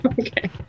Okay